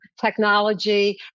technology